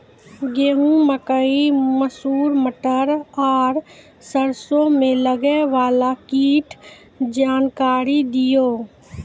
गेहूँ, मकई, मसूर, मटर आर सरसों मे लागै वाला कीटक जानकरी दियो?